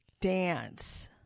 dance